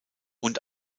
und